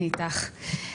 אני איתך.